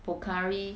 Pocari